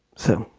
so,